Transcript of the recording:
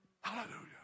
Hallelujah